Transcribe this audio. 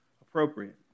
appropriate